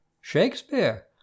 Shakespeare